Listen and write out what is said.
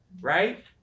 right